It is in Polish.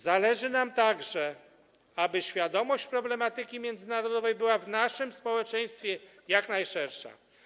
Zależy nam także, aby świadomość problematyki międzynarodowej była w naszym społeczeństwie jak najszersza.